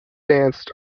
danced